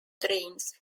drains